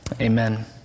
Amen